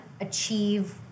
achieve